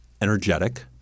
energetic